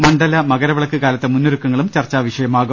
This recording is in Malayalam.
മണ്ഡല മകര വിളക്ക് കാലത്തെ മുന്നൊരുക്കങ്ങളും ചർച്ചാ വിഷയമാവും